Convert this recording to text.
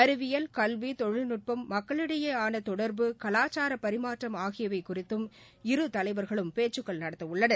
அறிவியல் கல்வி தொழில்நுட்பம் மக்களுக்கிடையிலான தொடர்பு கலாச்சார பரிமாற்றம் ஆகியவை குறித்தும் இருதலைவர்களும் பேச்சுக்கள் நடத்தவுள்ளனர்